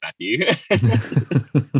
Matthew